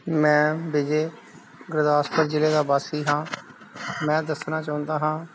ਮੈਂ ਵਿਜੇ ਗੁਰਦਾਸਪੁਰ ਜ਼ਿਲ੍ਹੇ ਦਾ ਵਾਸੀ ਹਾਂ ਮੈਂ ਦੱਸਣਾ ਚਾਹੁੰਦਾ ਹਾਂ